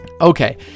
Okay